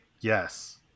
Yes